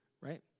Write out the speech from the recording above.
right